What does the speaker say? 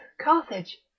carthage